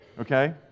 Okay